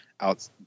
out